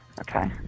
Okay